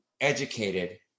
educated